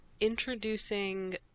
introducing